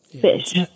fish